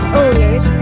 owners